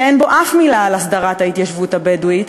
שאין בו אף מילה על הסדרת ההתיישבות הבדואית,